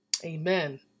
Amen